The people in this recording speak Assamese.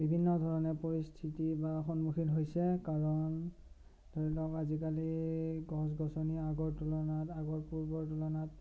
বিভিন্ন ধৰণে পৰিস্থিতি বা সন্মুখীন হৈছে কাৰণ ধৰি লওক আজিকালি গছ গছনি আগৰ তুলনাত আগৰ পূৰ্বৰ তুলনাত